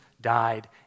died